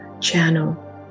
channel